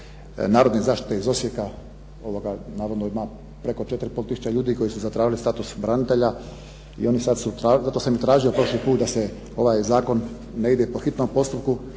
Narodne zaštite iz Osijeka, navodno ima preko 4,5 tisuće ljudi koji su zatražili status branitelja i oni sad su, zato sam i tražio prošli put da ovaj zakon ne ide po hitnom postupku